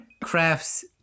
crafts